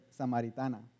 samaritana